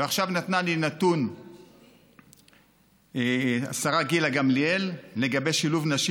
ועכשיו נתנה לי השרה גילה גמליאל נתון לגבי שילוב נשים